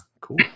cool